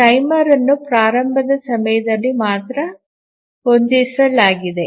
timer ಅನ್ನು ಪ್ರಾರಂಭದ ಸಮಯದಲ್ಲಿ ಮಾತ್ರ ಹೊಂದಿಸಲಾಗಿದೆ